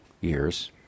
years